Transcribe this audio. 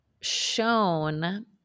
shown